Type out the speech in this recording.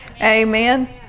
Amen